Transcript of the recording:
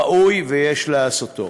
ראוי ויש לעשות.